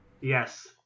Yes